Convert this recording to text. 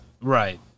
Right